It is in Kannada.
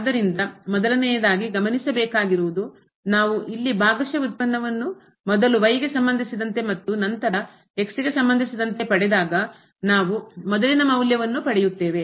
ಆದ್ದರಿಂದ ಮೊದಲನೆಯದಾಗಿ ಗಮನಿಸಬೇಕಾಗಿರುವುದು ನಾವು ಇಲ್ಲಿ ಭಾಗಶಃ ವ್ಯುತ್ಪನ್ನವನ್ನು ಮೊದಲು y ಗೆ ಸಂಬಂಧಿಸಿದಂತೆ ಮತ್ತು ನಂತರ x ಗೆ ಸಂಬಂಧಿಸಿದಂತೆ ಪಡೆದಾಗ ನಾವು ಮೊದಲಿನ ಮೌಲ್ಯವನ್ನು ಪಡೆಯುತ್ತೇವೆ